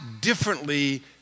differently